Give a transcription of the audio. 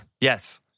Yes